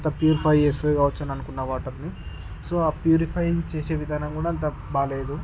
అంత ప్యూరిఫై చేస్తుంది కావచ్చు అనుకున్నా వాటర్ని సో ఆ ప్యూరిఫయింగ్ చేసే విధానం కూడా అంత బాగలేదు